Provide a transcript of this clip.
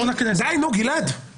אבל אגיד שמדינות של אירופה הקונטיננטלית